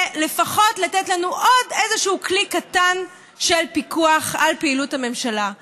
ולפחות לתת לנו עוד איזשהו כלי קטן לפיקוח על פעילות הממשלה.